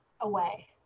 away